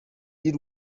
y’u